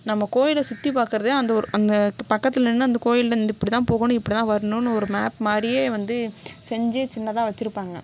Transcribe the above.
நம்ம கோயிலை சுற்றிப் பார்க்குறதே அந்த ஒரு அந்த பக்கத்தில் நின்று அந்த கோயில்ல இந் இப்படிதான் போகணும் இப்படிதான் வரணும்னு ஒரு மேப் மாதிரியே வந்து செஞ்சு சின்னதாக வச்சிருப்பாங்க